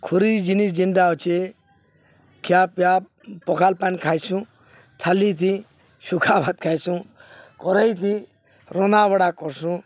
ଖରି ଜିନିଷ୍ ଯେନ୍ଟା ଅଛେ ଖିଆପିଆ ପଖାଲ୍ ପାଣି ଖାଇସୁଁ ଥାଲିଥି ଶୁଖା ଭାତ ଖାଇସୁଁ କରେଇଥି ରନ୍ଧା ବଢ଼ା କରସୁଁ